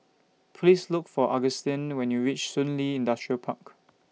Please Look For Agustin when YOU REACH Shun Li Industrial Park